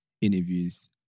interviews